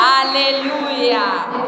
Hallelujah